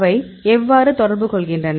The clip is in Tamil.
அவை எவ்வாறு தொடர்பு கொள்கின்றன